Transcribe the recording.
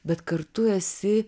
bet kartu esi